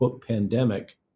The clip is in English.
pandemic